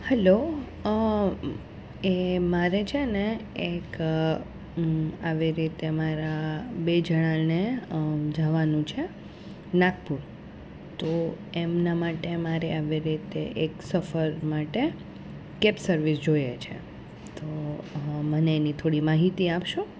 hello એ મારે છે ને એક આવી રીતે મારા બે જણાંને જવાનું છે નાગપુર તો એમના માટે મારે આવી રીતે એક સફર માટે કેબ સર્વિસ જોઈએ છે તો મને એની થોડી માહિતી આપશો